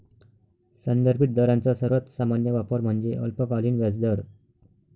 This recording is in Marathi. संदर्भित दरांचा सर्वात सामान्य वापर म्हणजे अल्पकालीन व्याजदर